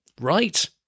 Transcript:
right